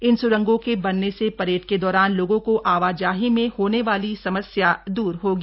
इन स्रंगो के बनने से परेड के दौरान लोगों को आवाजाही में होने वाली समस्या दूर होगी